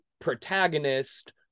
protagonist